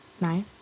Nice